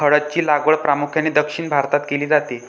हळद ची लागवड प्रामुख्याने दक्षिण भारतात केली जाते